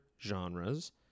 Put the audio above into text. genres